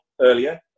earlier